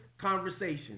conversations